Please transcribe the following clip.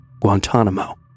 Guantanamo